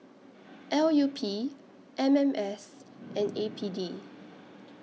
L U P M M S and A P D